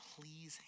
please